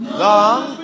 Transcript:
long